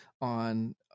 on